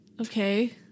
Okay